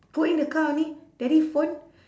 go in the car only daddy phone